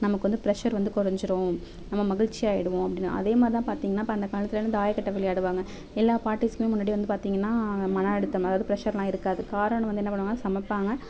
நமக்கு வந்து பிரஷர் வந்து குறைஞ்சிடும் நம்ம மகிழ்ச்சியாகிடுவோம் அப்படின்னு அதே மாதிரி தான் பார்த்தீங்கனா அப்போ அந்த காலத்திலேருந்து தாய கட்டை விளையாடுவாங்க எல்லா பாட்டிஸ்சுமே முன்னாடி வந்து பார்த்தீங்கன்னா மன அழுத்தம் அதாவது பிரஷரெலாம் இருக்காது காரணம் வந்து என்ன பண்ணுவாங்னால் சமைப்பாங்க